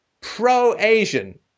pro-Asian